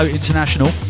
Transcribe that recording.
international